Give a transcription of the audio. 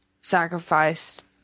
Sacrificed